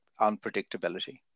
unpredictability